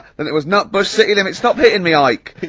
and it was nutbush city limits, stop hittin' me, ike!